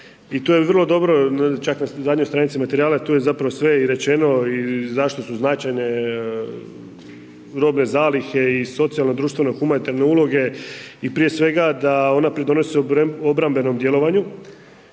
i to je vrlo dobro, čak na zadnjoj stranici materijala, tu je zapravo sve i rečeno i zašto su značajne robne zalihe i socijalno društveno humanitarne uloge, i prije svega, da ona pridonose u obrambenom djelovanju,